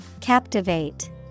Captivate